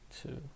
Two